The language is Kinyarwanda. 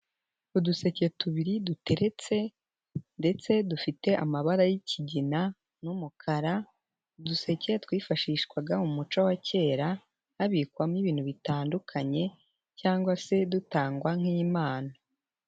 Uduseke tubiri duteretse ndetse dufite amabara y'ikigina n'umukara, uduseke twifashishwaga mu muco wa kera, habikwamo ibintu bitandukanye cyangwa se dutangwa nk'impano.